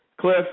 Cliff